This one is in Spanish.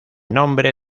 nombre